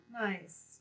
Nice